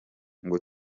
ngo